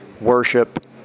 worship